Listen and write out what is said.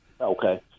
Okay